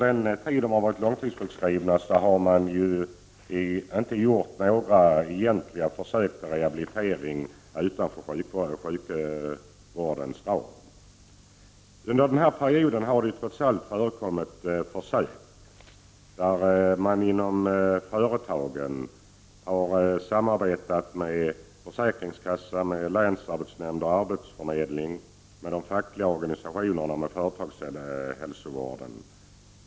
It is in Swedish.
Man har egentligen inte gjort några försök till rehabilitering utanför sjukvårdens ram. Men det har trots allt förekommit några försök där företagen har samarbetat med försäkringskassan, länsarbetsnämnderna, arbetsförmedlingen, de fackliga organisationerna och företagshälsovården.